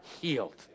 healed